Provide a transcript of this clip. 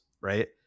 right